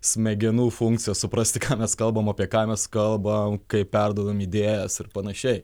smegenų funkcija suprasti ką mes kalbam apie ką mes kalbam kaip perduodam idėjas ir panašiai